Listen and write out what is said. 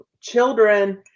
children